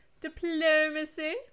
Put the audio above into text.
Diplomacy